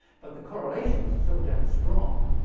but the correlation is so damn strong,